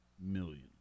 million